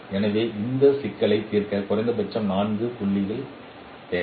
எனவே இந்த சிக்கலை தீர்க்க குறைந்தபட்சம் 4 புள்ளி கடிதங்கள் தேவை